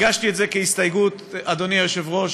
הגשתי את זה כהסתייגות, אדוני היושב-ראש.